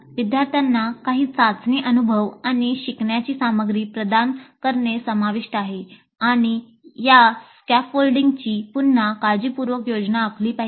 विद्यार्थ्यांना प्रशिक्षण देणे पुन्हा काळजीपूर्वक योजना आखली पाहिजे